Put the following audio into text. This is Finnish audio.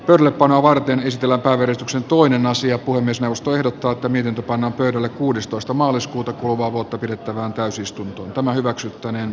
pölöpanoa varten tilataan yrityksen toinen asia kuin myös neuvosto ehdottaa että mihin panna verolle kuudestoista maaliskuuta kuluvaa vuotta pidettävään täysistuntoon tämä hyväksyttäneen